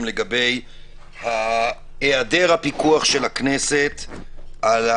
לגבי היעדר הפיקוח של הכנסת על הממשלה.